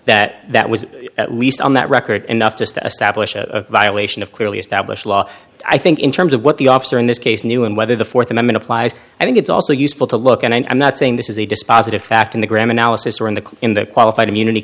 that that was at least on that record enough just to establish a violation of clearly established law i think in terms of what the officer in this case knew and whether the th amendment applies i think it's also useful to look at and i'm not saying this is a dispositive fact in the graham analysis or in the in the qualified immunity